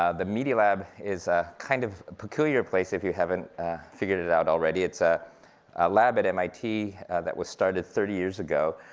ah the media lab is a kind of peculiar place, if you haven't figured it out already. it's a lab at mit that was started thirty years ago,